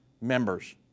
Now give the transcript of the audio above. members